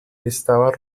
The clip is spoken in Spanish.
estaba